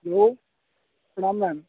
hello प्रणाम ma'am